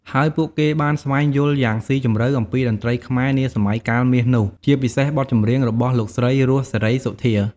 ហើយពួកគេបានស្វែងយល់យ៉ាងស៊ីជម្រៅអំពីតន្ត្រីខ្មែរនាសម័យកាលមាសនោះ ជាពិសេសបទចម្រៀងរបស់លោកស្រី រស់ សេរីសុទ្ធា។